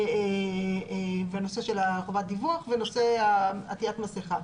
בנושא חובת הדיווח ובנושא עטיית מסכה.